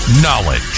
Knowledge